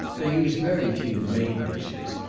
they use very few made dishes,